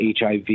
HIV